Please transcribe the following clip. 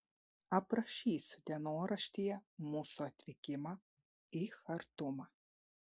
aprašysiu dienoraštyje mūsų atvykimą į chartumą